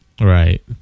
Right